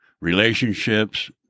relationships